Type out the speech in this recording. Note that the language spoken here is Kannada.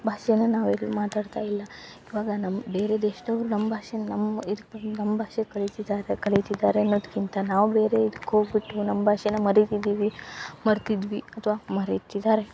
ಭಾಷೆನ ನಾವು ಎಲ್ಲಿ ಮಾತಾಡ್ತಾಯಿಲ್ಲ ಇವಾಗ ನಮ್ಮ ಬೇರೆ ದೇಶದವರು ನಮ್ಮ ಭಾಷೆನ ನಮ್ಮ ಇದ್ಕ ಬಂದು ನಮ್ಮ ಭಾಷೆ ಕಲಿತಿದ್ದಾರೆ ಕಲಿತಿದ್ದಾರೆ ಅನ್ನೋದ್ಕಿಂತ ನಾವು ಬೇರೆ ಇದ್ಕ ಹೋಗ್ಬಿಟ್ಟು ನಮ್ಮ ಭಾಷೆನ ಮರಿತಿದ್ದೀವಿ ಮರ್ತಿದ್ವಿ ಅಥವ ಮರಿತಿದ್ದಾರೆ